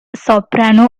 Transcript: soprano